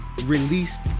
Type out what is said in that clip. released